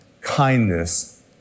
kindness